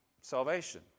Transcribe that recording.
salvation